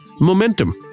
Momentum